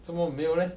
作么没有 leh